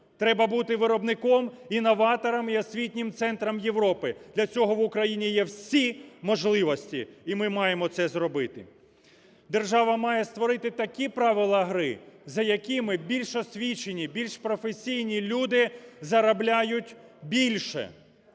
Треба бути виробником, інноватором і освітнім центром Європи. Для цього в Україні є всі можливості, і ми маємо це зробити. Держава має створити такі правила гри, за якими більш освічені, більш професійні люди заробляють більше.